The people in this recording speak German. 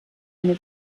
eine